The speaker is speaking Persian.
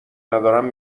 ندارم